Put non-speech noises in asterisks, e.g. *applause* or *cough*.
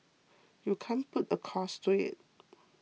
you can't put a cost to it *noise*